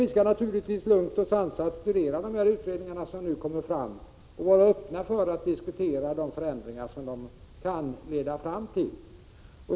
Vi skall naturligtvis lugnt och sansat studera utredningarna när de kommer fram och vara öppna för att diskutera de förändringar som de kan leda fram till.